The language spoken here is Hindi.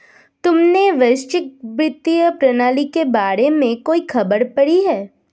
तुमने वैश्विक वित्तीय प्रणाली के बारे में कोई खबर पढ़ी है?